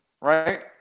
right